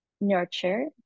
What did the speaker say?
nurture